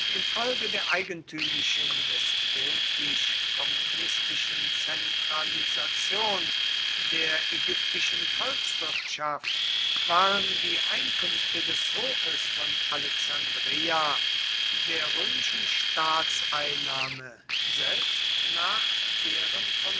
infolge der eigentümlichen despotisch kommunistischen zentralisation der ägyptischen volkswirtschaft waren die einkünfte des hofes von alexandreia der römischen staatseinnahme selbst nach deren